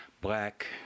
black